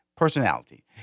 Personality